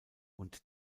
und